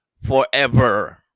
forever